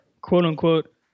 quote-unquote